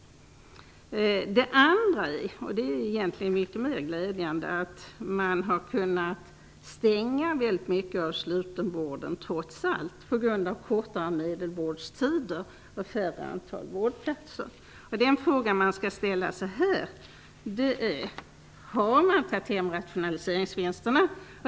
Den andra är, och det är egentligen mycket mer glädjande, att man trots allt har kunnat stänga mycket av slutenvården på grund av kortare medelvårdstider och färre antal vårdplatser. Den ena frågan man skall ställa sig här är: Har man tagit hem rationaliseringsvinsterna?